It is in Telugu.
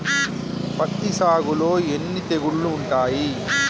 పత్తి సాగులో ఎన్ని తెగుళ్లు ఉంటాయి?